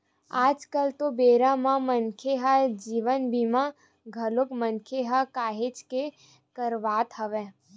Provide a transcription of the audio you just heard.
आज कल तो बेरा म मनखे ह जीवन बीमा घलोक मनखे ह काहेच के करवात हवय